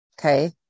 Okay